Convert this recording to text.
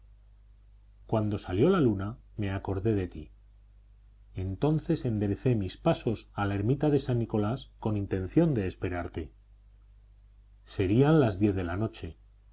cuando salió la luna me acordé de ti entonces enderecé mis pasos a la ermita de san nicolás con intención de esperarte serían las diez de la noche